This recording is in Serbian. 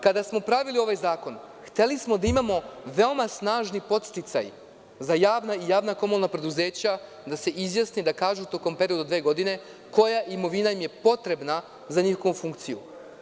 Kada smo pravili ovaj zakon, hteli smo da imamo veoma snažni podsticaj za javna i javna komunalna preduzeća, da se izjasne i da kažu tokom perioda od dve godine – koja imovina im je potrebna za njihovu funkciju.